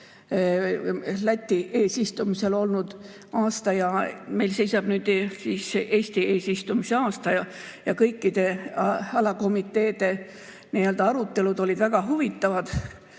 Läti eesistumisel olnud aasta. Meil seisab nüüd ees Eesti eesistumise aasta. Kõikide alakomiteede aruteludel olid väga huvitavad